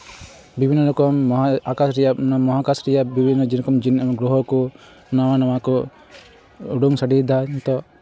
ᱵᱤᱵᱷᱤᱱᱱᱚ ᱨᱚᱠᱚᱢ ᱢᱚᱦᱟ ᱟᱠᱟᱥ ᱨᱮᱭᱟᱜ ᱢᱚᱦᱟᱠᱟᱥ ᱨᱮᱭᱟᱜ ᱵᱤᱵᱷᱤᱱᱱᱚ ᱡᱮᱨᱚᱠᱚᱢ ᱜᱨᱚᱦᱚᱸ ᱠᱚ ᱱᱟᱣᱟ ᱱᱟᱣᱟ ᱠᱚ ᱩᱰᱩᱠ ᱥᱟᱰᱮᱭᱮᱫᱟ ᱱᱤᱛᱚᱜ